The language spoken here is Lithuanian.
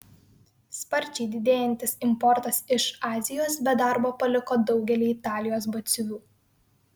sparčiai didėjantis importas iš azijos be darbo paliko daugelį italijos batsiuvių